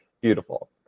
beautiful